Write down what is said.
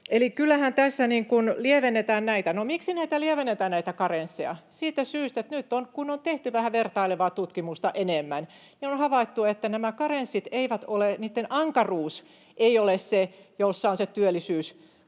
Eli kyllähän tässä lievennetään näitä. No, miksi lievennetään näitä karensseja? Siitä syystä, että nyt kun on tehty vähän vertailevaa tutkimusta enemmän, niin on havaittu, että näiden karenssien ankaruus ei ole se, jossa on se työllisyysvaikutus,